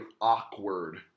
awkward